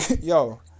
yo